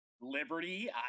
Liberty